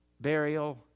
burial